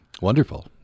wonderful